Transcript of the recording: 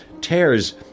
tears